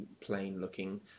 plain-looking